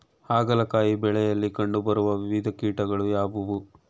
ಹಾಗಲಕಾಯಿ ಬೆಳೆಯಲ್ಲಿ ಕಂಡು ಬರುವ ವಿವಿಧ ಕೀಟಗಳು ಯಾವುವು?